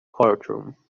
courtroom